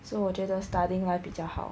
so 我觉得 studying life 比较好